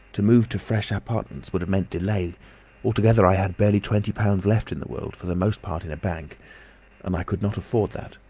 to move to fresh apartments would have meant delay altogether i had barely twenty pounds left in the world, for the most part in a bank and i could not afford that.